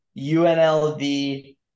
UNLV